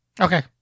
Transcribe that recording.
Okay